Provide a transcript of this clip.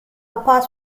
apart